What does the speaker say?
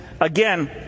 again